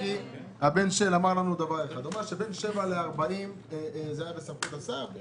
סלומינסקי אמר לנו שבין 7 40 קילומטר זה היה בסמכות השר,